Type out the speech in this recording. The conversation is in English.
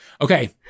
Okay